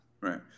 Right